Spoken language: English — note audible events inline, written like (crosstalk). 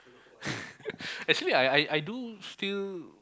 (laughs) actually I I I do still